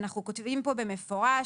אנחנו כותבים פה במפורש,